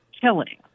killing